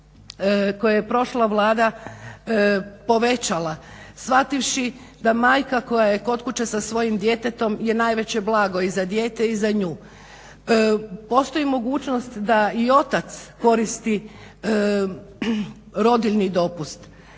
koje je prošla Vlada povećala shvativši da majka koja je kod kuće sa svojim djetetom je najveće blago i za dijete i za nju. Postoji mogućnost da i otac koristi rodiljni dopust.